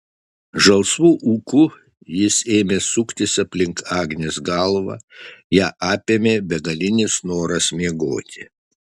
žalsvu ūku jis ėmė suktis aplink agnės galvą ją apėmė begalinis noras miegoti